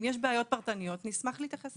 אם יש בעיות פרטניות נשמח להתייחס אליהן.